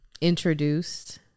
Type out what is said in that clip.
introduced